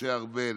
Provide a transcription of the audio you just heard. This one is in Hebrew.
משה ארבל,